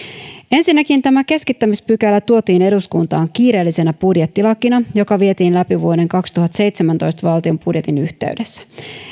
ensinnäkin tämä keskittämispykälä tuotiin eduskuntaan kiireellisenä budjettilakina joka vietiin läpi vuoden kaksituhattaseitsemäntoista valtion budjetin yhteydessä